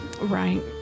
Right